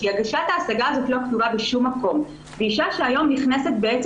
כי הגשת ההשגה הזאת לא כתובה בשום מקום ואישה שהיום מסורבת,